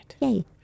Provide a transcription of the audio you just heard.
Yay